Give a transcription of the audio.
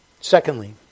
Secondly